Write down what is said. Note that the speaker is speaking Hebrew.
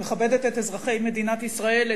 היא מכבדת את אזרחי מדינת ישראל,